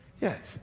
yes